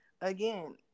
again